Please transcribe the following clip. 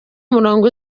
umurongo